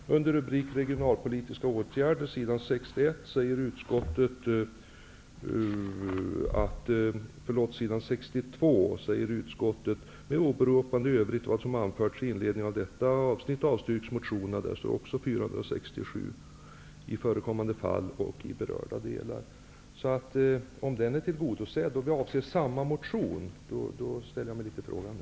Isa skriver utskottet: ''Med åberopande i övrigt av vad som anförts i inledningen till detta avsnitt avstyrks motionerna -- A467 -- i förekommande fall i berörda delar.'' Om vi menar samma motion och om Isa Halvarsson anser att den är tillgodosedd, ställer jag mig litet frågande.